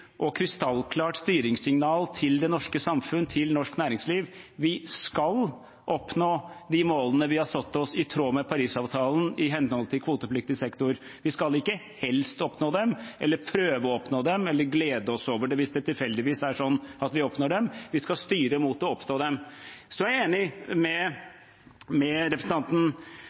og krystallklart styringssignal til det norske samfunn, til norsk næringsliv: Vi skal oppnå de målene vi har satt oss i tråd med Parisavtalen, i henhold til kvotepliktig sektor. Vi skal ikke helst oppnå dem, prøve å oppnå dem eller glede oss over det hvis det tilfeldigvis er slik at vi oppnår dem: Vi skal styre mot å oppnå dem. Så er jeg enig med